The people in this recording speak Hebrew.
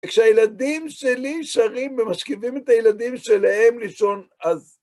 וכשהילדים שלי שרים ומשכיבים את הילדים שלהם לישון, אז...